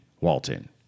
Walton